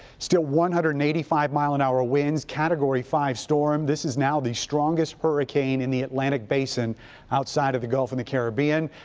still one hundred and eighty five mile per and hour winds, category five storm. this is now the strongest hurricane in the atlantic basin outside of the gulf and the caribbean.